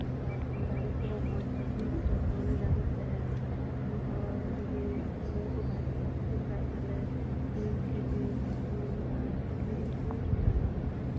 ᱟᱨ ᱫᱟᱨᱮ ᱠᱚ ᱢᱚᱸᱡᱨᱮ ᱡᱮᱱᱚ ᱡᱚᱛᱚᱱ ᱨᱮ ᱛᱟᱸᱦᱮᱱ ᱩᱱᱤ ᱦᱚᱲ ᱡᱚᱫᱤ ᱱᱤᱭᱟᱹᱠᱚ ᱵᱟᱭ ᱥᱟᱯᱷᱟ ᱥᱟᱯᱷᱤ ᱞᱮᱠᱷᱟᱱ ᱛᱟᱦᱞᱮ ᱵᱤᱧ ᱠᱤᱫᱤᱧ ᱥᱤᱠᱲᱤᱡ ᱦᱚᱸᱠᱚ ᱡᱟᱱᱟᱢᱚᱜᱼᱟ